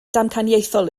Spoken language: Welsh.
damcaniaethol